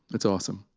it's awesome.